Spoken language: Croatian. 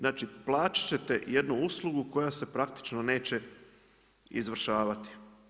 Znači plaćat ćete jednu uslugu koja se praktično neće izvršavati.